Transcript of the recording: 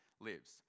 lives